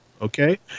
okay